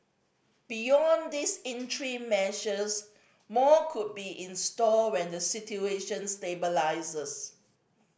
beyond these measures more could be in store when the situation stabilises